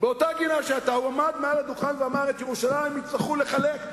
והוא עמד מעל הדוכן ואמר: את ירושלים יצטרכו לחלק,